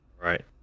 right